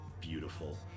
beautiful